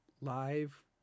live